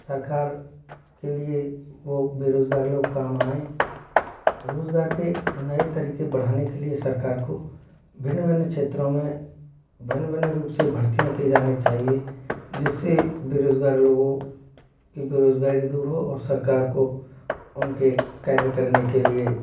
सरकार के लिए वो बेरोज़गार लोग काम आएं रोज़गार के नए तरीक़े बढ़ाने के लिए सरकार को भिन्न भिन्न क्षेत्रों में भिन्न भिन्न रूप से भर्तियाँ की जानी चाहिए जिस से बेरोज़गार लोगों की बेरोज़गारी दूर हो और सरकार को उन के कार्य करने के लिए